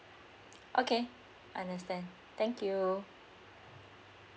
okay understand thank you